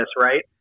right